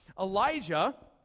Elijah